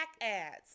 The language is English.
ads